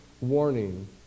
warning